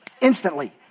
instantly